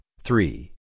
three